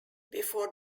before